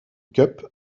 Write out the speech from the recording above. cup